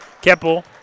Keppel